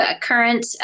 current